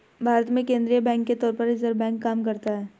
भारत में केंद्रीय बैंक के तौर पर रिज़र्व बैंक काम करता है